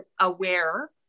aware